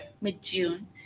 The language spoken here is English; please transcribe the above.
mid-June